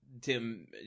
Tim